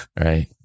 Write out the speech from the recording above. right